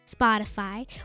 Spotify